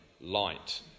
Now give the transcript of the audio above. light